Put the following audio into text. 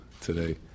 today